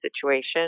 situation